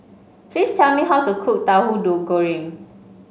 please tell me how to cook Tauhu Goreng